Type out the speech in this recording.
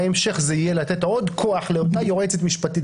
בהמשך זה יהיה לתת עוד כוח לאותה יועצת משפטית,